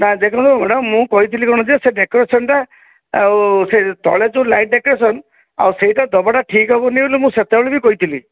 ନା ଦେଖନ୍ତୁ ମ୍ୟାଡାମ୍ ମୁଁ କହିଥିଲି କ'ଣ ଯେ ସେ ଡେକୋରେଶନ୍ଟା ଆଉ ସେ ତଳେ ଯୋଉ ଲାଇଟ୍ ଡେକୋରେଶନ୍ ଆଉ ସେଇଟା ଦେବାଟା ଠିକ୍ ହେବନି ବୋଲି ମୁଁ ସେତେବେଳେ ବି କହିଥିଲି